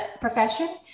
profession